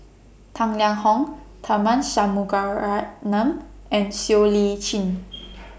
Tang Liang Hong Tharman Shanmugaratnam and Siow Lee Chin